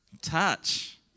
Touch